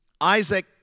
Isaac